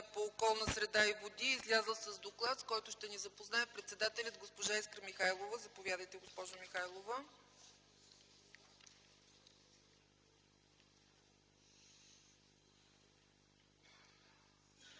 по околната среда и водите е изготвила с доклад, с който ще ни запознае председателят госпожа Искра Михайлова. Заповядайте, госпожо Михайлова.